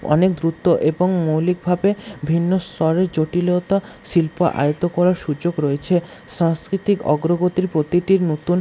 অনেক দ্রুত এবং মৌলিকভাবে ভিন্ন স্বরে জটিলতা শিল্প আয়ত্ত করার সুযোগ রয়েছে সাংস্কৃতিক অগ্রগতির প্রতিটি নতুন